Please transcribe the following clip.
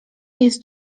jest